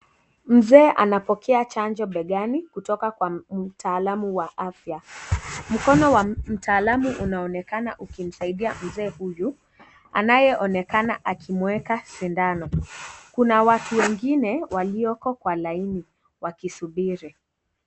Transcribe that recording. Mzee anapokea chanjo begani kutoka kwa mtaalamu wa afya, mkono wa mtaalamu unaonekana ukimsaidia mzee huyu, anayeonekana akimueka sindano, kuna watu wengine walioko kwa laini wakisubiri.